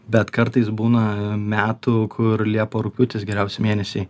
bet kartais būna metų kur liepa rugpjūtis geriausi mėnesiai